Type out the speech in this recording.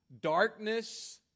Darkness